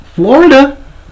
Florida